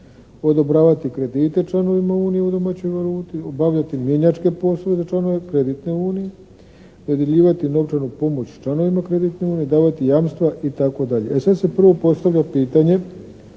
odobravati kredite članovima unije u domaćoj valuti, obavljati mjenjačke poslove za članove kreditne unije, dodjeljivati novčanu pomoć članovima kreditne unije, davati jamstva itd. E sad se prvo postavlja pitanje